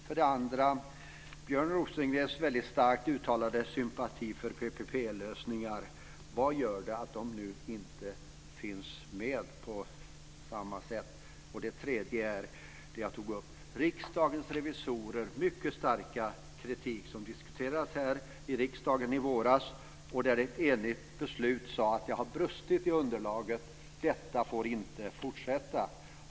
För det andra: När det gäller Björn Rosengrens väldigt starkt uttalade sympati för PPP-lösningar undrar jag vad det är som gör att de nu inte finns med på samma sätt. För det tredje: Riksdagens revisorer har ju riktat mycket stark kritik som diskuterades här i riksdagen i våras. Enligt ett enigt beslut hette det att det hade brustit i underlaget. Detta får inte fortsätta.